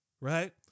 Right